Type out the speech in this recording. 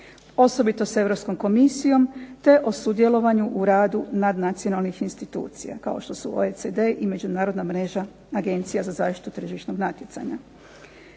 osobito s Europskom Komisijom, te o sudjelovanju u radu nacionalnih institucija, kao što su OECD i međunarodna mreža agencija za zaštitu tržišnog natjecanja.